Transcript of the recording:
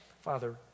Father